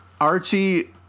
Archie